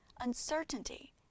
Uncertainty